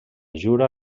jura